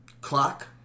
clock